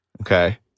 Okay